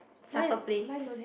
supper place